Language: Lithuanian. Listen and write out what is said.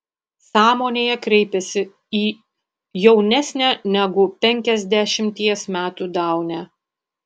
sąmonėje kreipiasi į jaunesnę negu penkiasdešimties metų daunę